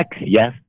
yes